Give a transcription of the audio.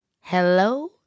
Hello